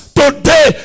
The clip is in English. today